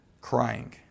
crying